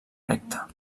recta